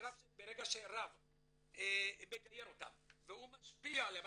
ברגע שרב מגייר אותם והוא משפיע עליהם,